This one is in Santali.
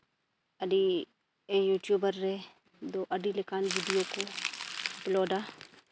ᱟᱹᱰᱤ ᱤᱭᱩᱴᱩᱵᱟᱨ ᱨᱮᱫᱚ ᱟᱹᱰᱤ ᱞᱮᱠᱟᱱ ᱵᱷᱤᱰᱭᱳ ᱠᱚ ᱟᱯᱞᱳᱰᱟ